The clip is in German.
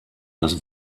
das